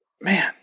Man